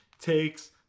takes